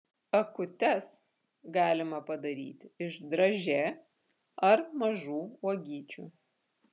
akutes galima padaryti iš dražė ar mažų uogyčių